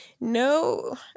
No